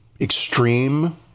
extreme